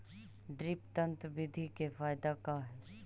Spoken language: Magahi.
ड्रिप तन्त्र बिधि के फायदा का है?